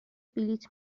بلیط